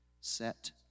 Set